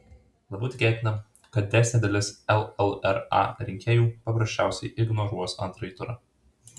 labiau tikėtina kad didesnė dalis llra rinkėjų paprasčiausiai ignoruos antrąjį turą